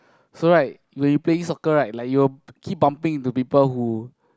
so right when you play soccer right like you'll keep bumping into people who